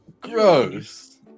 Gross